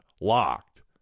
Locked